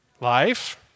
life